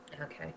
Okay